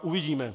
Uvidíme.